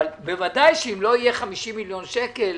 אבל בוודאי שאם לא יהיו 50 מיליון שקל,